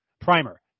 primer